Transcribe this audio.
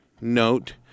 note